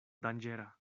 danĝera